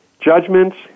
judgments